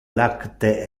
lacte